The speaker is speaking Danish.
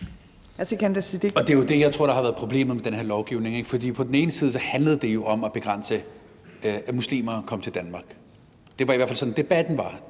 Og det er jo det, jeg tror har været problemet med den her lovgivning, for på den ene side handlede det om at begrænse muslimer i forhold til at komme til Danmark – det var i hvert fald sådan, debatten var;